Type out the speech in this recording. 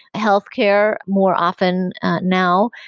healthcare more often now,